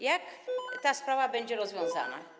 Jak ta sprawa będzie rozwiązana?